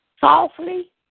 softly